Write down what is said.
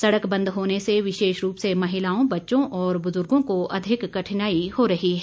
सड़क बंद होने से विशेष रूप से महिलाओं बच्चों और बुजुर्गो को अधिक कठिनाई हो रही है